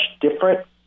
different